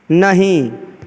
नहि